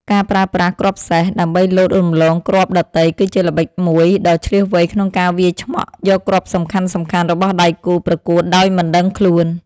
ការប្រើប្រាស់គ្រាប់សេះ ដើម្បីលោតរំលងគ្រាប់ដទៃគឺជាល្បិចមួយដ៏ឈ្លាសវៃក្នុងការវាយឆ្មក់យកគ្រាប់សំខាន់ៗរបស់ដៃគូប្រកួតដោយមិនដឹងខ្លួន។